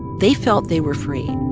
they felt they were free